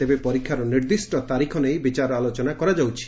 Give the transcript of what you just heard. ତେବେ ପରୀକ୍ଷାର ନିର୍ଦ୍ଦିଷ୍ୟ ତାରିଖ ନେଇ ବିଚାର ଆଲୋଚନା କରାଯାଉଛି